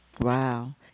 Wow